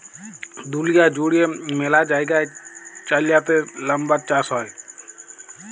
দুঁলিয়া জুইড়ে ম্যালা জায়গায় চাইলাতে লাম্বার চাষ হ্যয়